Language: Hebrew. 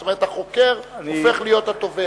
זאת אומרת, החוקר הופך להיות התובע.